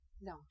No